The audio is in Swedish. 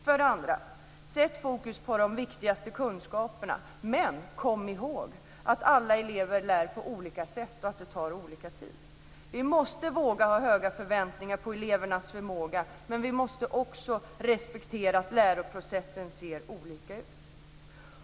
För det andra: Sätt fokus på de viktigaste kunskaperna, men kom ihåg att alla elever lär på olika sätt och att det tar olika lång tid. Vi måste våga ha höga förväntningar på elevernas förmåga, men vi måste också respektera att läroprocessen ser olika ut.